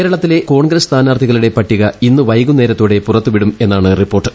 കേരളത്തിലെ കോൺഗ്രസ് സ്ഥാനാർഥികളുടെ പട്ടിക ഇന്ന് വൈകുന്നേരത്തോടെ പുറത്തുവിടുമെന്നാണ് റിപ്പോർട്ട്